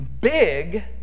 big